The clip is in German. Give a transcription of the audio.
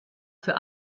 für